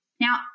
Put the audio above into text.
Now